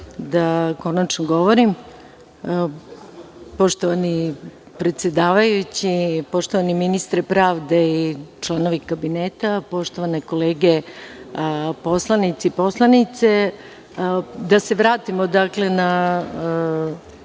da konačno govorim. Poštovani predsedavajući, poštovani ministre pravde i članovi kabineta, poštovane kolege poslanici i poslanice, da se vratimo na